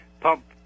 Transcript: pump